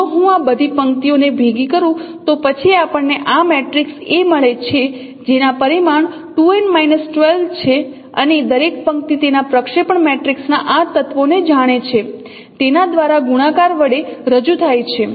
જો હું આ બધી પંક્તિઓને ભેગી કરું તો પછી આપણને આ મેટ્રિક્સને A મળે છે જેના પરિમાણ 2n 12 છે અને દરેક પંક્તિ તેના પ્રક્ષેપણ મેટ્રિક્સના આ તત્વોને જાણે છે તેના દ્વારા ગુણાકાર વડે રજૂ થાય છે